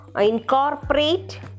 incorporate